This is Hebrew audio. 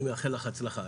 אני מאחל לך הצלחה.